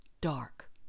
dark